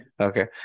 okay